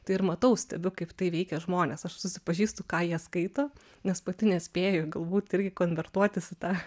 tai ir matau stebiu kaip tai veikia žmones aš susipažįstu ką jie skaito nes pati nespėju galbūt irgi konvertuotis į tą